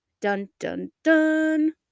dun-dun-dun